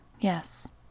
yes